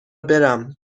برم